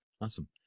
Awesome